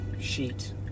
Sheet